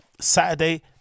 Saturday